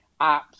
apps